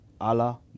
Allah